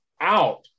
out